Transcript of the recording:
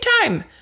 time